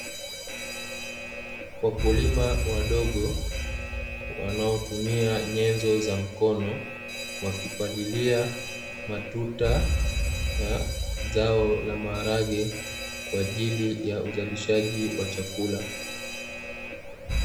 Wakulima wadogo, wanaotumia nyenzo za mkono, wakipalilia matuta ya zao la maharage, kwa ajili ya uzalishaji wa chakula.